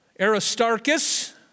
Aristarchus